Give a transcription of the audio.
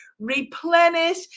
replenish